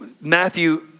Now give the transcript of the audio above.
Matthew